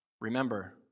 Remember